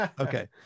Okay